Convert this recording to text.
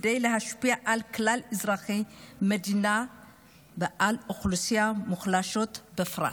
כדי להשפיע על כלל אזרחי המדינה ועל אוכלוסיות מוחלשות בפרט.